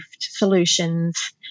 solutions